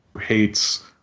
hates